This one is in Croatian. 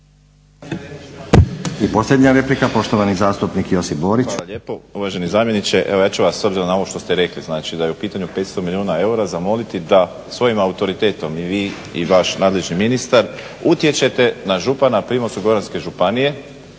I posljednja replika, poštovani zastupnik Josip Borić. **Borić, Josip (HDZ)** Hvala lijepo uvaženi zamjeniče. Evo ja ću vas s obzirom na ovo što ste rekli znači da je u pitanju 500 milijuna eura zamoliti da svojim autoritetom i vi i vaš nadležni ministar utječete na župana Primorsko-Goranske županije